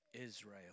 Israel